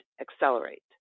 accelerate